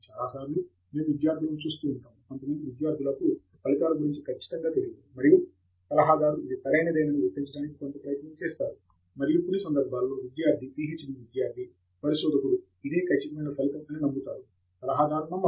చాలాసార్లు మేము విద్యార్థులను చూస్తుంటాము కొంతమంది విద్యార్థులకు ఫలితాల గురించి ఖచ్చితంగా తెలియదు మరియు సలహాదారు ఇది సరైనదని ఒప్పించడానికి కొంత ప్రయత్నం చేస్తాడు మరియు కొన్ని సందర్భాలలో విద్యార్థి పీహెచ్డీ విద్యార్థి పరిశోధకుడు ఇదే ఖచ్చితమైన ఫలితం అని నమ్ముతారు సలహాదారు నమ్మరు